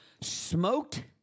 smoked